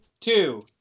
Two